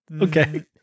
okay